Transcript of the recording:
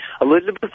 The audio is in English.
Elizabeth